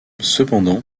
cependant